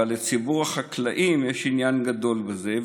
אבל לציבור החקלאים יש עניין גדול בזה.